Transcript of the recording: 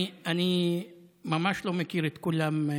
אני ממש לא מכיר את כולם,